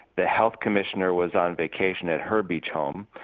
the health commissioner was on vacation at her beach home,